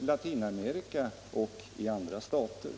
Latinamerika och andra stater.